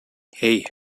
hey